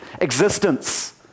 existence